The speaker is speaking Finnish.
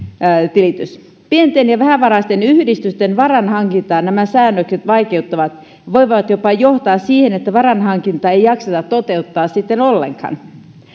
tilitys pienten ja vähävaraisten yhdistysten varainhankintaa nämä säännökset vaikeuttavat voivat jopa johtaa siihen että varainhankintaa ei jakseta toteuttaa sitten ollenkaan